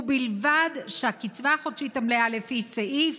ובלבד שהקצבה החודשית המלאה לפי סעיף,